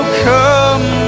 come